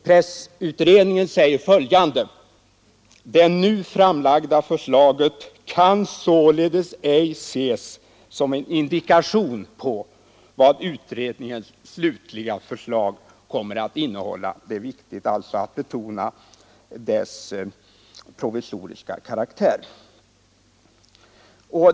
Pressutredningen säger följande: ”Det nu framlagda förslaget kan således ej ses som en indikation på vad utredningens slutliga förslag kommer att innehålla.” Det är alltså viktigt att betona dess provisoriska karaktär.